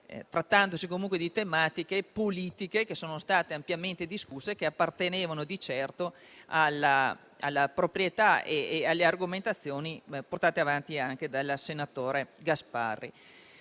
trattandosi comunque di tematica politica ampiamente discussa e appartenente di certo alla proprietà e alle argomentazioni portate avanti dal senatore Gasparri.